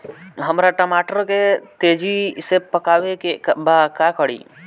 हमरा टमाटर के तेजी से पकावे के बा का करि?